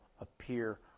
appear